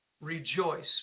Rejoice